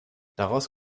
daraus